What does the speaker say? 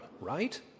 right